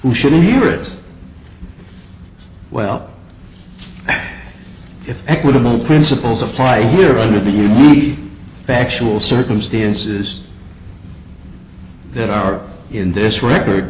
who should hear it well if equitable principles apply here under the unique factual circumstances that are in this record